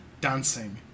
dancing